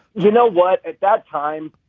you know what? at that time,